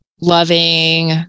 loving